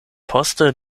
poste